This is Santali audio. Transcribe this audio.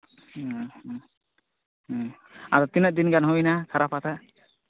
ᱦᱮᱸ ᱦᱮᱸ ᱟᱫᱚ ᱛᱤᱱᱟᱹ ᱫᱤᱱ ᱜᱟᱱ ᱦᱩᱭ ᱮᱱᱟ ᱠᱷᱟᱨᱟᱯ ᱠᱟᱛᱮᱫ